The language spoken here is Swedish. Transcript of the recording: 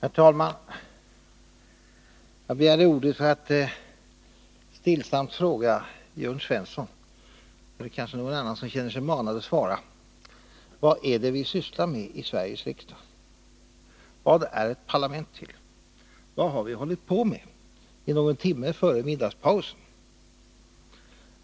Herr talman! Jag begärde ordet för att stillsamt fråga Jörn Svensson — eller kanske någon annan som känner sig manad att svara: Vad är det vi sysslar med i Sveriges riksdag? Vad är ett parlament till? Vad har vi hållit på med någon timme för middagspausen?